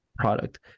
Product